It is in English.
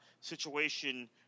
situation